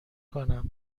کنم